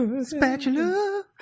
Spatula